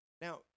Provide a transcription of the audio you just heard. Now